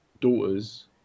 daughters